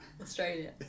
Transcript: Australia